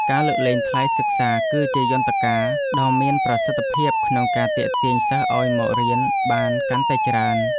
ការលើកលែងថ្លៃសិក្សាគឺជាយន្តការដ៏មានប្រសិទ្ធភាពក្នុងការទាក់ទាញសិស្សឱ្យមករៀនបានកាន់តែច្រើន។